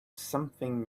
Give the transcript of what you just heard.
something